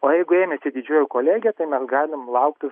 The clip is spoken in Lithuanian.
o jeigu ėmėsi didžioji kolege tai negalim laukti